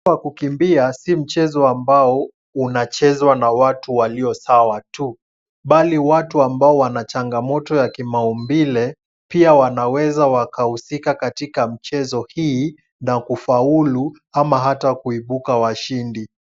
Mchezo wa kukimbia si mchezo ambao unachezwa na watu walio sawa tu, bali watu ambao wana changamoto ya kimaumbile pia wanaweza wakahusika katika michezo hii na kufaulu, ama hata kuibuka washindi.